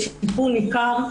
יש שיפור ניכר,